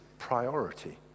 priority